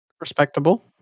Respectable